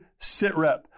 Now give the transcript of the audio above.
SITREP